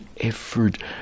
effort